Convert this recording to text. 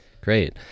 great